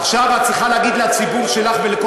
עכשיו את צריכה להגיד לציבור שלך ולכל